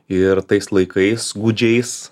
ir tais laikais gūdžiais